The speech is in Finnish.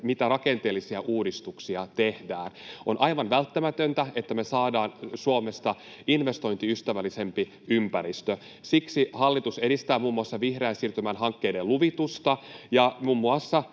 mitä rakenteellisia uudistuksia tehdään. On aivan välttämätöntä, että me saadaan Suomesta investointiystävällisempi ympäristö. Siksi hallitus edistää muun muassa vihreän siirtymän hankkeiden luvitusta ja muun muassa